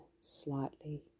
slightly